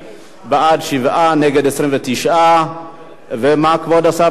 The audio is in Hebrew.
אלה התוצאות: הצעת חוק שכר מינימום (תיקון,